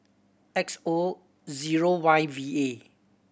X O zero Y V A